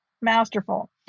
masterful